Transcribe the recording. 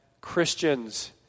Christians